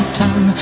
town